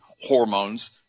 hormones